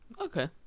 Okay